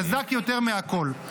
חזק יותר מהכול.